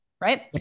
right